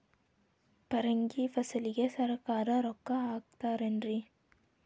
ಪರಂಗಿ ಫಸಲಿಗೆ ಸರಕಾರ ರೊಕ್ಕ ಹಾಕತಾರ ಏನ್ರಿ?